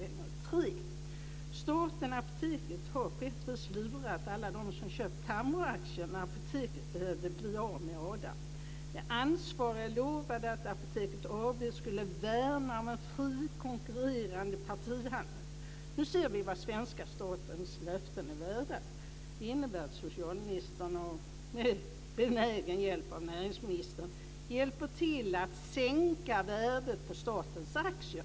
För det tredje: Staten, Apoteket, har på ett sätt lurat alla dem som köpte Tamroaktierna när Apoteket behövde bli av med ADA. De ansvariga lovade att Apoteket AB skulle värna om en fri, konkurrerande partihandel. Nu ser vi vad svenska statens löften är värda. Detta innebär att socialministern, med benägen hjälp av näringsministern, hjälper till att sänka värdet på statens aktier.